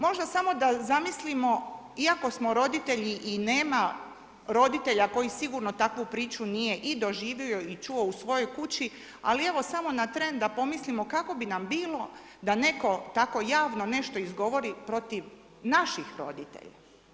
Možda samo da zamislimo, iako smo roditelji i nema roditelja, koji sigurno nije takvu priču i doživio i čuo u svojoj kući, ali evo, samo na tren, da pomislimo kako bi nam bilo, da netko tako javno nešto izgovori protiv naših roditelja.